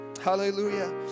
Hallelujah